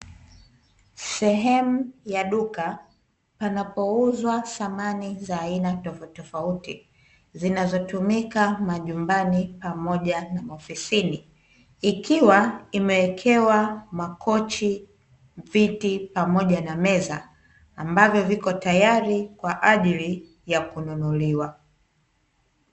Sehemu ya duka panapo uza samani ya aina tofauti tofauti, zinazotumika majumbani pamoja na maofisini, ikiwa imewekewa makochi, viti pamoja na meza ambavyo viko tayari kwaajili ya kununuliwa.